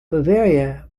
bavaria